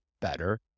better